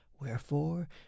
Wherefore